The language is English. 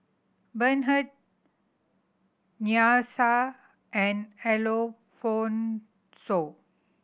Bernhard Nyasia and Alphonso